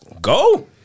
Go